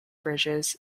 bridges